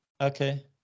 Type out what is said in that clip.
Okay